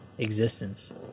existence